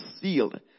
sealed